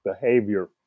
behavior